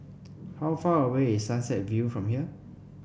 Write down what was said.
how far away is Sunset View from here